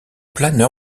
planeur